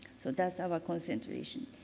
so, that's our concentration.